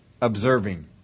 observing